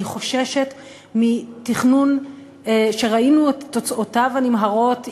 אני חוששת מתכנון שראינו את תוצאותיו הנמהרות,